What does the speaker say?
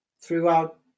throughout